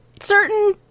certain